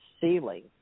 ceiling